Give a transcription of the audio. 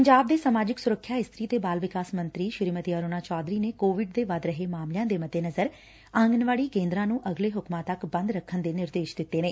ਪੰਜਾਬ ਦੇ ਸਮਾਜਿਕ ਸੁਰੱਖਿਆ ਇਸਤਰੀ ਅਤੇ ਬਾਲ ਵਿਕਾਸ ਮੰਤਰੀ ਸ੍ਰੀਮਤੀ ਅਰੁਣਾ ਚੌਧਰੀ ਨੇ ਕੋਵਿਡ ਦੇ ਵੱਧ ਰਹੇ ਮਾਮਲਿਆਂ ਦੇ ਮੱਦੇਨਜ਼ਰ ਆਂਗਣਵਾੜੀ ਕੇਂਦਰਾਂ ਨ੍ਰੰ ਅਗਲੇ ਹੁਕਮਾਂ ਤੱਕ ਬੰਦ ਰੱਖਣ ਦੇ ਨਿਰਦੇਸ਼ ਦਿੱਤੇ ਨੇ